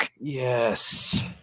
Yes